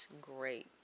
Great